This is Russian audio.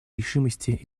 решимости